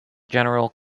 general